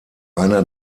einer